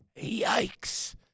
Yikes